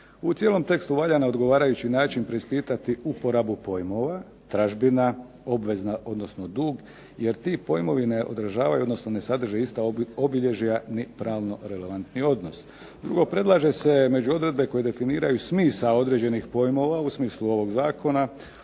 U cijelom tekstu valja na odgovarajući način preispitati uporabu pojmova, tražbina, obveza odnosno dug, jer ti pojmovi ne odražavaju odnosno ne sadrže ista obilježja ni pravno relevantni odnos. Drugo, predlaže se među odredbe koje definiraju smisao određenih pojmova u smislu ovog zakona